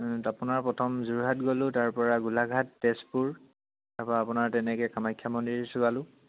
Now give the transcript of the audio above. আপোনাৰ প্ৰথম যোৰহাট গ'লোঁ তাৰ পৰা গোলাঘাট তেজপুৰ তাৰপা আপোনাৰ তেনেকে কামাখ্যা মন্দিৰ চোৱালোঁ